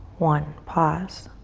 one, pause.